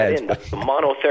Monotherapy